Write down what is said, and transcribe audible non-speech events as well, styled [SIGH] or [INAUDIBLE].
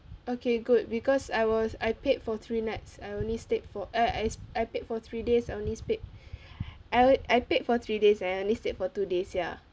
okay good because I was I paid for three nights I only stayed for err I I paid for three days I only stayed [BREATH] I I paid for three days and I only stayed for two days ya